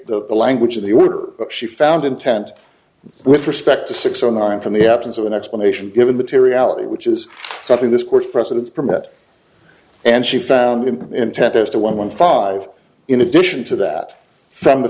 the language of the order of she found intent with respect to six or nine from the absence of an explanation given materiality which is something this court precedents permit and she found him intent as to one one five in addition to that